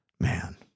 man